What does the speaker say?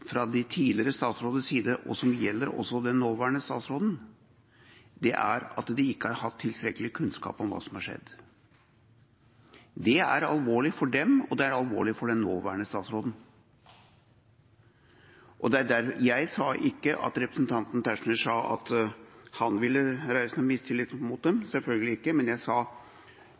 fra de tidligere statsråders side, og som også gjelder den nåværende statsråden, er at de ikke har hatt tilstrekkelig kunnskap om hva som har skjedd. Det er alvorlig for dem, og det er alvorlig for den nåværende statsråden. Jeg sa ikke at representanten Tetzschner sa at han ville reise noen mistillit mot dem, selvfølgelig ikke, men min kommentar var under henvisning til hans karakteristikk av hva representanten Eldegard sa.